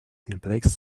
cineplex